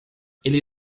ele